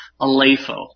alepho